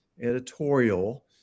editorial